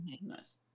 Nice